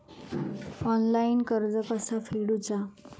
Offline कर्ज कसा फेडूचा?